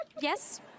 Yes